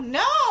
no